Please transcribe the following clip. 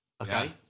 Okay